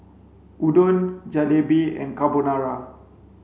Udon Jalebi and Carbonara